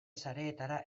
sareetara